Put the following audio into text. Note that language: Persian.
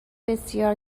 بسیار